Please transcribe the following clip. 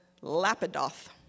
Lapidoth